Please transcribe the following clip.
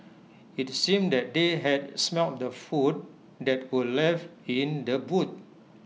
IT seemed that they had smelt the food that were left in the boot